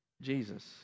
Jesus